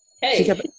Hey